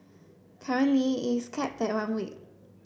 currently is capped at one week